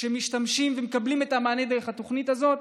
שמשתמשים ומקבלים את המענה דרך התוכנית הזאת.